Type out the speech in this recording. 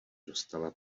dostala